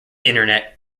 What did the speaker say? internet